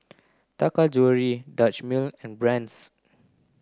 Taka Jewelry Dutch Mill and Brand's